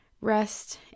rest